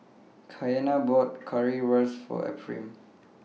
Kiana bought Currywurst For Ephriam